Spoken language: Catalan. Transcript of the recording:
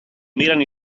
miren